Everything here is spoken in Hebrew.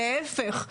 להפך.